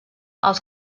els